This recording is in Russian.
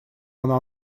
она